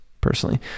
personally